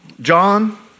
John